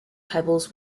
pebbles